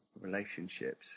Relationships